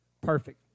Perfect